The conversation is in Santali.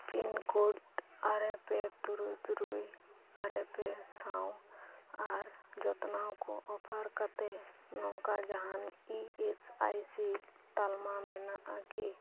ᱯᱤᱱᱠᱳᱰ ᱟᱨᱮ ᱯᱮ ᱛᱩᱨᱩᱭ ᱛᱩᱨᱩᱭ ᱟᱨᱮ ᱯᱮ ᱥᱟᱶ ᱟᱨ ᱡᱚᱛᱱᱟᱣ ᱠᱚ ᱚᱯᱷᱟᱨ ᱠᱟᱛᱮᱫ ᱱᱚᱝᱠᱟ ᱡᱟᱦᱟᱱ ᱤ ᱮᱥ ᱟᱭ ᱥᱤ ᱛᱟᱞᱢᱟ ᱢᱮᱱᱟᱜ ᱟᱠᱤ